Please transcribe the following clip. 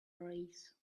raise